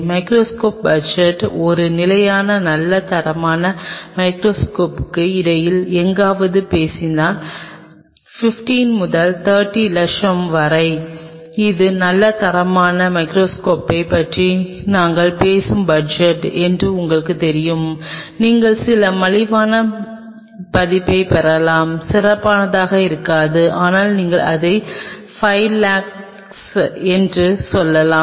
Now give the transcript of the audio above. microscope budget ஒரு நிலையான நல்ல தரமான மைகிரோஸ்கோப்க்கு இடையில் எங்காவது பேசினால் 15 முதல் 30 லட்சம் வரை இது நல்ல தரமான மைகிரோஸ்கோப்பை பற்றி நாங்கள் பேசும் பட்ஜெட் என்று உங்களுக்குத் தெரியும் நீங்கள் சில மலிவான பதிப்பைப் பெறலாம் சிறந்ததாக இருக்காது ஆனால் நீங்கள் அதை 5 லட்சம் என்று சொல்லலாம்